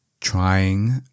Trying